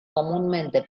comúnmente